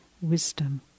wisdom